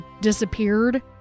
disappeared